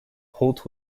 holt